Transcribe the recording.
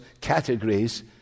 categories